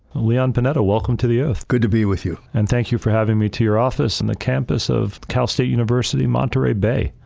leon panetta, welcome to the oath. good to be with you. and thank you for having me to your office and the campus of cal state university monterey bay.